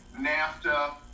NAFTA